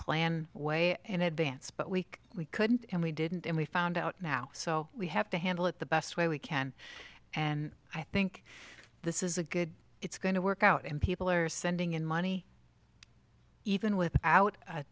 plan way in advance but weak we couldn't and we didn't and we found out now so we have to handle it the best way we can and i think this is a good it's going to work out and people are sending in money even without